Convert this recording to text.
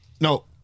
No